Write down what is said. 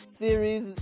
series